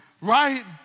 right